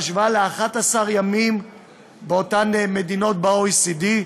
בהשוואה ל-11 ימים באותן מדינות ב-OECD.